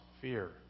fear